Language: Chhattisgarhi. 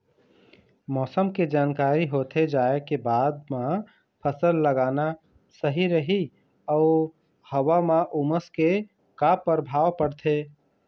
मौसम के जानकारी होथे जाए के बाद मा फसल लगाना सही रही अऊ हवा मा उमस के का परभाव पड़थे?